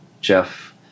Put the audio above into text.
Jeff